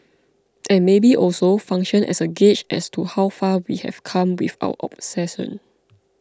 and maybe also function as a gauge as to how far we have come with our obsession